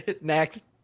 Next